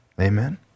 Amen